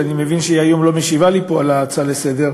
ואני מבין שהיא לא משיבה לי פה היום על ההצעה לסדר-היום,